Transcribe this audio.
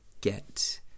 get